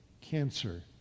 cancer